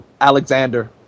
Alexander